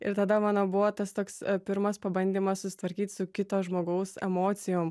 ir tada mano buvo tas toks pirmas pabandymas susitvarkyt su kito žmogaus emocijom